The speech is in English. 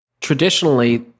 Traditionally